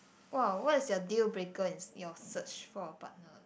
!wow! what is your deal breaker in your search for a partner